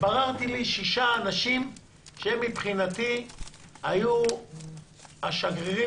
בררתי לי שישה אנשים שהם מבחינתי היו השגרירים